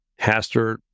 Hastert